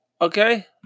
Okay